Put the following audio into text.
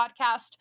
Podcast